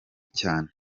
cyane